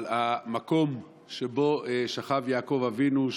על המקום שבו שכב יעקב אבינו,